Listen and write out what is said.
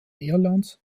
irlands